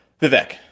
Vivek